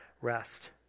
rest